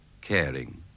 caring